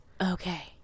okay